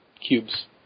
cubes